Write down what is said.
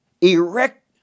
erect